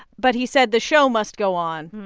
but he said the show must go on.